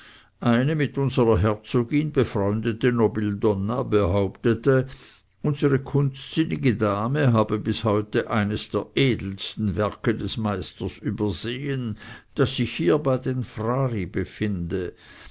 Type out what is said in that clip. eine mit unserer herzogin befreundete nobildonna behauptete unsere kunstsinnige dame habe bis heute eines der edelsten werke des meisters übersehen das sich hier bei den frari befinde